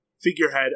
figurehead